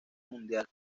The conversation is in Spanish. mundial